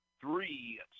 three